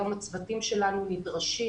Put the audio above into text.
היום הצוותים שלנו נדרשים,